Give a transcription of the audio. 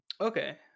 Okay